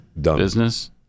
business